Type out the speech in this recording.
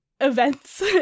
events